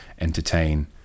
entertain